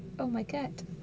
oh my god